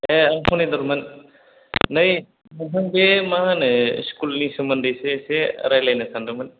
एह आं पनिन्द्रमोन नै पनखौ बे माहोनो स्कुलनि सोमोन्दैसो एसे रायलायनो सानदोंमोन